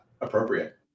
appropriate